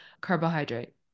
carbohydrate